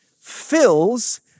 fills